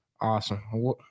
Awesome